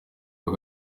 uyu